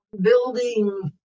building